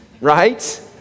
right